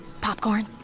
Popcorn